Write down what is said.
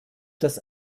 das